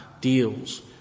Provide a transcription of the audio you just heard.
deals